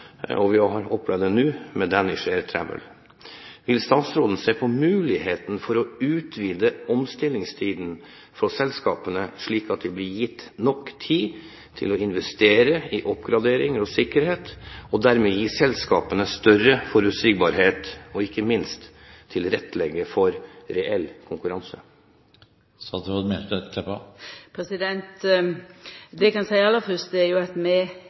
og Florø lufthavn, og vi har opplevd det nå med Danish Air Transport. Vil statsråden se på muligheten for å utvide omstillingstiden for selskapene slik at de blir gitt nok tid til å investere i oppgraderinger og sikkerhet, og dermed gi selskapene større forutsigbarhet og ikke minst tilrettelegge for reell konkurranse? Det eg kan seia aller fyrst, er at vi